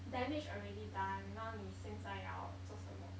damage already done now 你现在要做什么